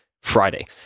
Friday